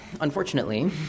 unfortunately